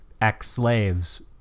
ex-slaves